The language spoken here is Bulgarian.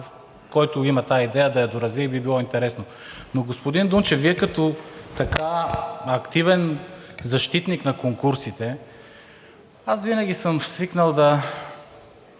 който има тази идея, да я доразвие – би било интересно. Господин Дунчев, Вие като активен защитник на конкурсите – аз съм свикнал да